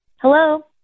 Hello